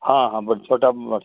हाँ हाँ बस छोटा बस